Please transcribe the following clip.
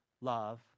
love